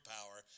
power